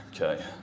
okay